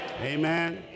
Amen